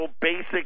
basic